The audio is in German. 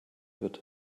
wird